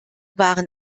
waren